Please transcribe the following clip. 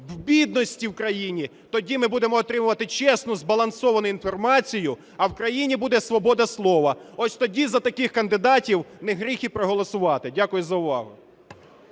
в бідності в країні. Тоді ми будемо отримувати чесну збалансовану інформацію, а в країні буде свобода слова. Ось тоді за таких кандидатів не гріх і проголосувати. Дякую за увагу.